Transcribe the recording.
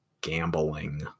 gambling